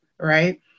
right